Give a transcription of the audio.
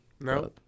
No